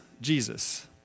Jesus